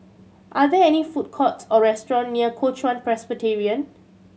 are there any food courts or restaurant near Kuo Chuan Presbyterian